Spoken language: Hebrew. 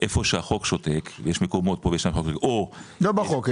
איפה שהחוק שותק יש מקומות פה ושם -- לא בחוק,